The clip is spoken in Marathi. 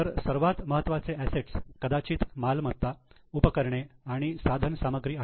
तर सर्वात महत्त्वाचे असेट्स कदाचित मालमत्ता उपकरणे आणि साधन सामग्री आहेत